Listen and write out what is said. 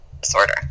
disorder